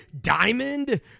Diamond